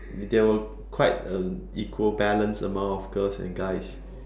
there were quite an equal balance amount of girls and guys